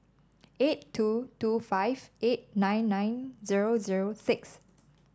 eight two two five eight nine nine zero zero six